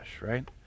right